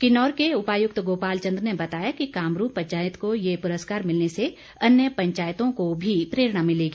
किन्नौर के उपायुक्त गोपाल चंद ने बताया कि कामरू पंचायत को ये पुरस्कार मिलने से अन्य पंचायतों को भी प्रेरणा मिलेगी